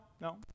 no